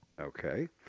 Okay